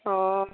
অঁ